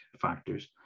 factors